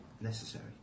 necessary